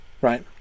right